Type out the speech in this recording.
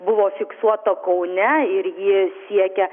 buvo fiksuota kaune ir ji siekia